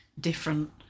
different